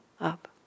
up